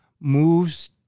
moves